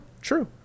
true